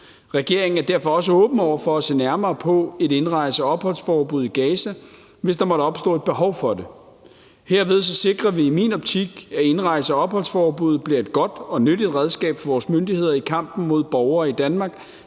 Regeringen er derfor også åben over for at se nærmere på et indrejse- og opholdsforbud i Gaza, hvis der måtte opstå et behov for det. Herved sikrer vi i min optik, at indrejse- og opholdsforbuddet bliver et godt og nyttigt redskab for vores myndigheder i kampen mod borgere i Danmark,